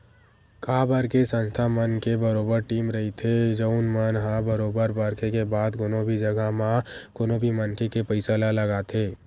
काबर के संस्था मन के बरोबर टीम रहिथे जउन मन ह बरोबर परखे के बाद कोनो भी जघा म कोनो भी मनखे के पइसा ल लगाथे